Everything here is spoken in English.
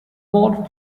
modern